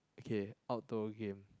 okay outdoor game